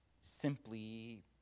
simply